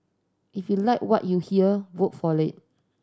if you like what you hear vote for it